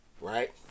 right